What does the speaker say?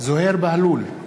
זוהיר בהלול,